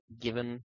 given